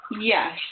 Yes